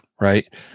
right